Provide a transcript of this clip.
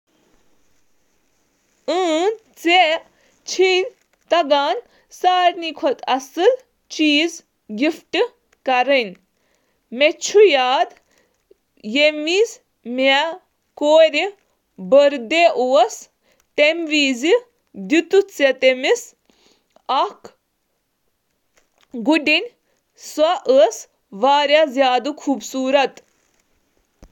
مےٚ چھِ پَے زِ تُہۍ چھِو سمجھان زِ تحفہٕ کِتھ کٔنۍ چھِو دِ اَکہِ دۄہ دِژ تۄہہِ أکِس کورِ اکھ گُڑِنہِ تحفہٕ، تہٕ یہِ ٲس واریٛاہ اصل۔